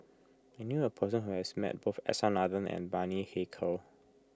I knew a person who has met both S R Nathan and Bani Haykal